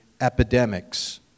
epidemics